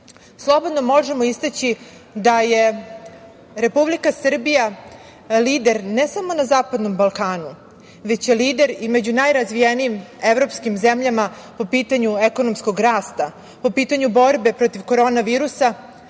slobodno možemo istaći da je Republika Srbija lider ne samo na Zapadnom Balkanu, već lider i među najrazvijenijim evropskim zemljama po pitanju ekonomskog rasta, po pitanju borbe protiv korona virusa,